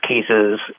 cases